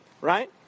Right